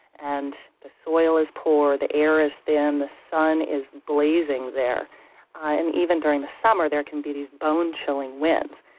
and the soil is poor, the air is thin, the sun is blazing there and even during the summer there can be these bone-chilling winds.